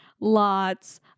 lots